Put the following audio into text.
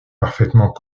parfaitement